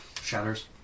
shatters